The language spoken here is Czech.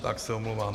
Tak se omlouvám.